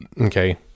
Okay